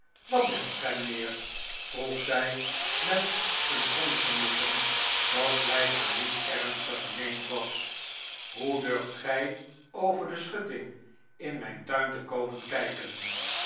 wat wenscht gij mijnheer vroeg zij met een ongenoegen dat blijkbaar niet ernstig gemeend was hoe durft gij over de schutting in mijn tuin te komen kijken